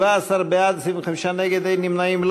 הסתייגות מס' 17, 17 בעד, 25 נגד, אין נמנעים.